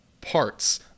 parts